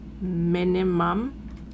Minimum